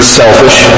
selfish